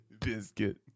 Biscuit